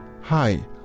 Hi